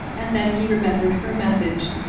and then he remembered her message,